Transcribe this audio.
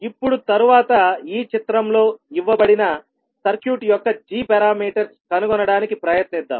ఇప్పుడు తరువాత ఈ చిత్రంలో ఇవ్వబడిన సర్క్యూట్ యొక్క g పారామీటర్స్ కనుగొనడానికి ప్రయత్నిద్దాం